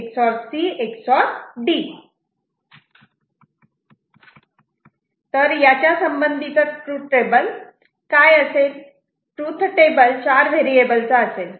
Y A⊕B⊕C⊕D तर याच्या संबंधितचा तृथ टेबल काय असेल तृथ टेबल चार व्हेरिएबलचा असेल